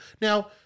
Now